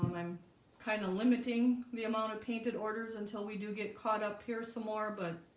i'm kind of limiting the amount of painted orders until we do get caught up here some more but